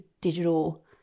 digital